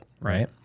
right